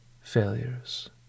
failures